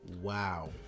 wow